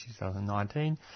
2019